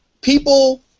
people